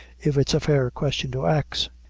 if it's a fair question to ax?